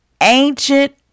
Ancient